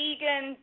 Egan